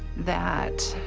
that